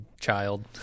child